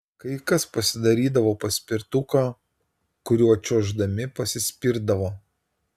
kai kas pasidarydavo paspirtuką kuriuo čiuoždami pasispirdavo